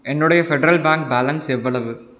என்னுடைய Federal Bank balance எவ்வளவு